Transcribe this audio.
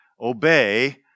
obey